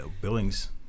Billings